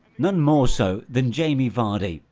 none more so than jamie vardy,